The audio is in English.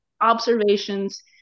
observations